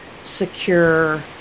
secure